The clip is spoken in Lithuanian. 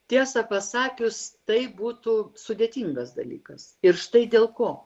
tiesą pasakius tai būtų sudėtingas dalykas ir štai dėl ko